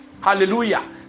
Hallelujah